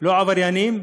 לא עבריינים,